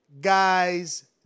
guys